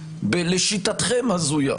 לשיטתכם הזויה,